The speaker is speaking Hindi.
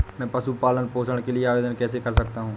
मैं पशु पालन पोषण के लिए आवेदन कैसे कर सकता हूँ?